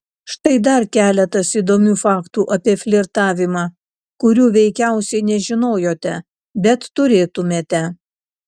štai dar keletas įdomių faktų apie flirtavimą kurių veikiausiai nežinojote bet turėtumėte